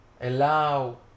allow